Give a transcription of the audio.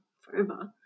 forever